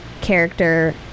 character